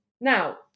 Now